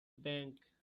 bank